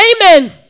Amen